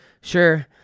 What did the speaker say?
sure